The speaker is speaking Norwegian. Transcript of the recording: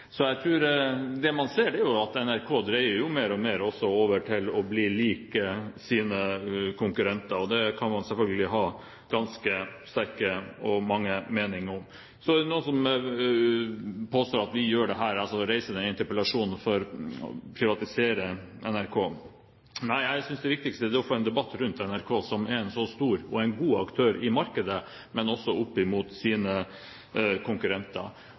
Så er det noen som påstår at vi gjør dette, altså reiser denne interpellasjonen, for å privatisere NRK. Nei, jeg synes det viktigste er å få en debatt rundt NRK, som er en så stor og god aktør i markedet, men også opp mot sine konkurrenter.